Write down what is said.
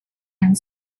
and